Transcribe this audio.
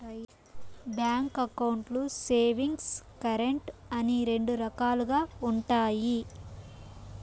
bank అకౌంట్లు savings, current అని రెండు రకాలుగా ఉంటాయి